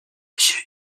monsieur